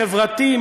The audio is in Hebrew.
חברתי,